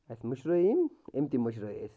اَسہِ مٔشرٲو أمۍ تہِ مٔشرٲے أسۍ